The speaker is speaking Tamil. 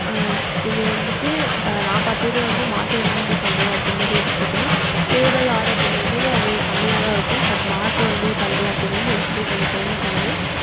இது வந்துட்டு நான் பார்த்ததுலேயே வந்து மாட்டு வண்டி பந்தயம் அப்படின்னு சொல்லி எடுத்துக்குனா சேவல் ஆடு அப்படிங்கும்போது அது கம்மியாகதான் இருக்கும் பட் மாட்டு வண்டி பந்தயம் அப்படிங்கிறது இருக்கிறதுலையே கொஞ்சம் ஃபேமஸானது